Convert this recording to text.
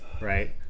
right